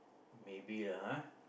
maybe lah